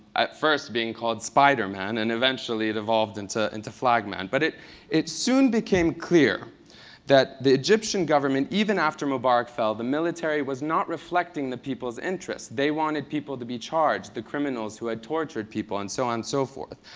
at first being called spiderman and eventually it evolved into into flagman. but it it soon became clear that the egyptian government, even after mubarak fell, the military was not reflecting the people's interests. they wanted the people to be charged, the criminals who had tortured people, and so on and so forth.